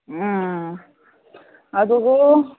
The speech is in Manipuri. ꯎꯝ ꯑꯗꯨꯕꯨ